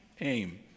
aim